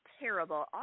terrible